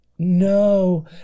no